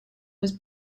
was